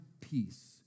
peace